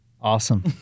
Awesome